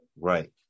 Right